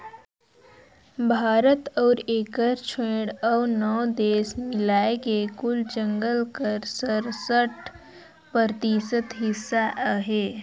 भारत अउ एकर छोंएड़ अउ नव देस मिलाए के कुल जंगल कर सरसठ परतिसत हिस्सा अहे